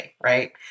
right